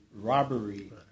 robbery